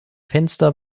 fenster